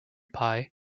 pie